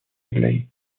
aglaé